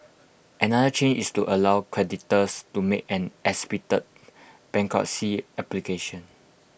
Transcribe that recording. another change is to allow creditors to make an expedited bankruptcy application